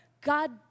God